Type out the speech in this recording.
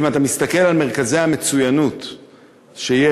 אם אתה מסתכל על מרכזי המצוינות שיש,